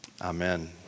Amen